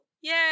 Yay